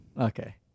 Okay